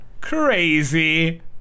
Crazy